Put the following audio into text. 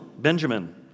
Benjamin